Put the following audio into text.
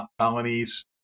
colonies